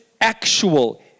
actual